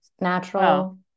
natural